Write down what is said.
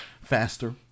faster